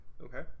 Okay